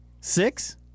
Six